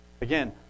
Again